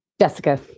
Jessica